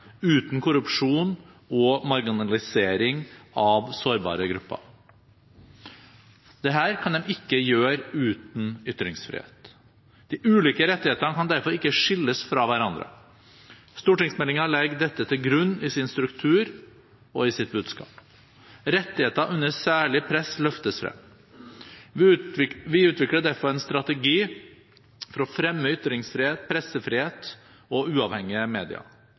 uten korrupsjon og marginalisering av sårbare grupper. Dette kan de ikke gjøre uten ytringsfrihet. De ulike rettighetene kan derfor ikke skilles fra hverandre. Stortingsmeldingen legger dette til grunn i sin struktur og i sitt budskap. Rettigheter under særlig press løftes frem. Vi utvikler derfor en strategi for å fremme ytringsfrihet, pressefrihet og uavhengige medier